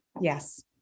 Yes